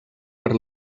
per